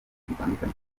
bitandukanye